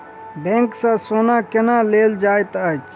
bank सँ सोना केना लेल जाइत अछि